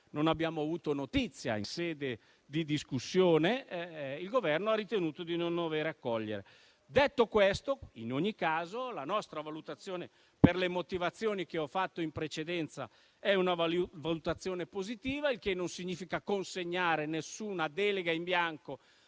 non abbiamo avuto notizia in sede di discussione - il Governo ha ritenuto di non dover accogliere. In ogni caso, la nostra valutazione, per le motivazioni che ho esposto in precedenza, è positiva, il che non significa consegnare alcuna delega in bianco